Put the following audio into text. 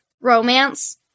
romance